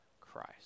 Christ